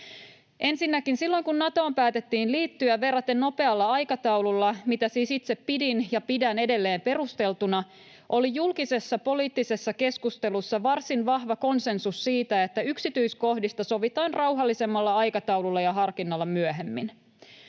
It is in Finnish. Ensinnäkin silloin, kun Natoon päätettiin liittyä verraten nopealla aikataululla, mitä siis itse pidin ja pidän edelleen perusteltuna, oli julkisessa poliittisessa keskustelussa varsin vahva konsensus siitä, että yksityiskohdista sovitaan rauhallisemmalla aikataululla ja harkinnalla myöhemmin.